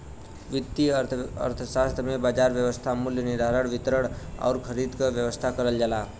वित्तीय अर्थशास्त्र में बाजार व्यवस्था मूल्य निर्धारण, वितरण आउर खरीद क व्यवस्था करल जाला